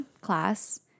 class